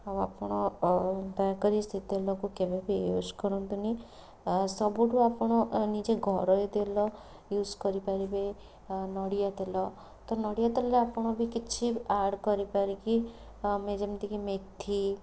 ଆଉ ଆପଣ ଦୟାକରି ସେ ତେଲକୁ କେବେବି ୟୁଜ୍ କରନ୍ତୁନି ଆଉ ସବୁଠୁ ଆପଣ ନିଜ ଘରୋଇ ତେଲ ୟୁଜ୍ କରିପାରିବେ ନଡ଼ିଆତେଲ ତ ନଡ଼ିଆତେଲରେ ଆପଣ ବି କିଛି ଆଡ଼ କରିପାରିକି ଆମେ ଯେମିତିକି ମେଥି